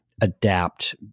adapt